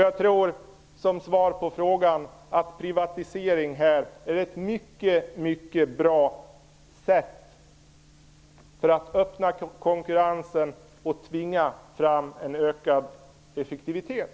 Jag tror, som svar på frågan, att privatisering är ett mycket bra sätt att öppna konkurrensen och tvinga fram ökad effektivitet.